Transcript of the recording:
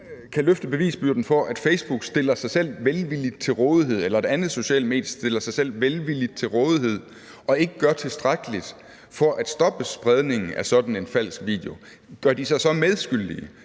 velvilligt til rådighed, eller et andet socialt medie stiller sig velvilligt til rådighed og ikke gør tilstrækkeligt for at stoppe spredningen af sådan en falsk video, gør de sig så medskyldige?